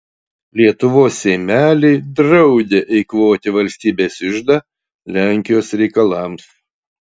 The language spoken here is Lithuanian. lietuvos seimeliai draudė eikvoti valstybės iždą lenkijos reikalams